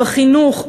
בחינוך,